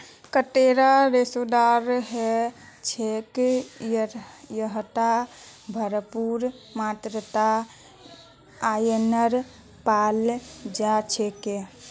कटहल रेशेदार ह छेक यहात भरपूर मात्रात आयरन पाल जा छेक